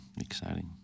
Exciting